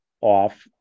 off